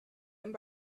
and